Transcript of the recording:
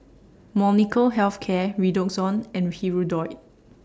Molnylcke Health Care Redoxon and Hirudoid